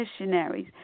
missionaries